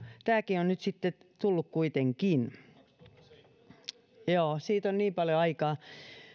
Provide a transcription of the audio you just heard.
tämäkin on nyt sitten kuitenkin tullut joo siitä on niin paljon aikaa